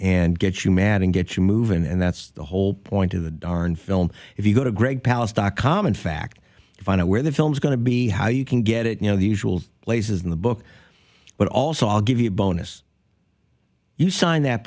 and get you mad and get you moving and that's the whole point of the darn film if you go to greg palast dot com in fact find out where the film's going to be how you can get it you know the usual places in the book but also i'll give you a bonus you signed that